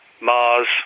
Mars